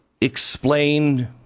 explain